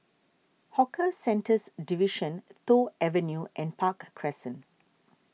Hawker Centres Division Toh Avenue and Park Crescent